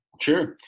Sure